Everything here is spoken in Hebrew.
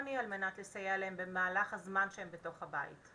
הטלפוני על מנת לסייע להן במהלך הזמן שהן כבר נמצאות בבית,